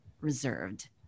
reserved